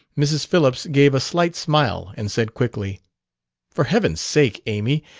mrs. phillips gave a slight smile and said quickly for heaven's sake, amy,